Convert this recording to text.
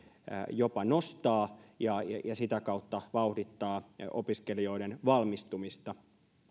jopa nostaa ja sitä kautta vauhdittaa opiskelijoiden valmistumista